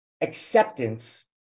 acceptance